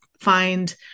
find